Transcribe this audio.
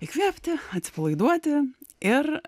įkvėpti atsipalaiduoti ir